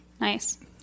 Nice